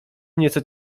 nieco